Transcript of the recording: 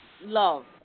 love